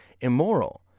immoral